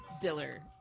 Diller